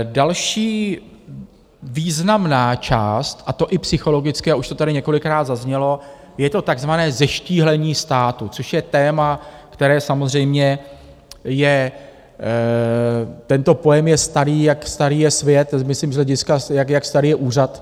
Další významná část, a to i psychologicky, a už to tady několikrát zaznělo, je to takzvané zeštíhlení státu, což je téma, které samozřejmě je tento pojem je starý, jak starý je svět, myslím z hlediska, jak starý je úřad.